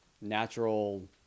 natural